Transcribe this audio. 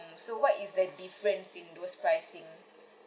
um so what is the difference in those pricing